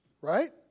right